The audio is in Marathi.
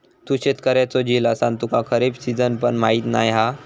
तू शेतकऱ्याचो झील असान तुका खरीप सिजन पण माहीत नाय हा